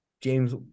James